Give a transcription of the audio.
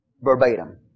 verbatim